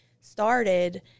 started